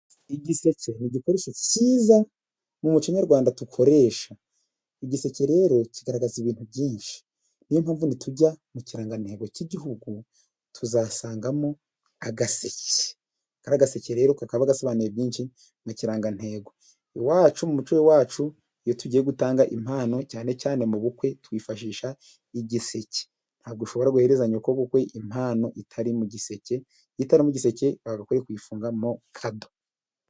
Igiseke ni igikoresho cyiza mu umuco nyarwanda dukoresha. Igiseke rero kigaragaza ibintu byinshi, niyo mpamvu kijya mu kirangantego cy'igihugu, tuzasangamo agaseke, rero kakaba gasobanuye byinshi mu kirangantego. Iwacu mu muco wacu iyo tugiye gutanga impano cyane cyane mu bukwe twifashisha igiseke. Ntabwo ushobora guhereza nyokobukwe impano itari mu giseke, itari mu giseke aho ukwiye kuyifunga mo kado.